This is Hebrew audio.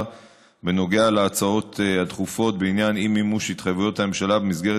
בנוגע להצעות הדחופות בעניין אי-מימוש התחייבויות הממשלה במסגרת